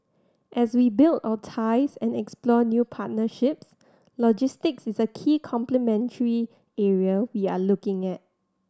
as we build our ties and explore new partnerships logistics is a key complementary area we are looking at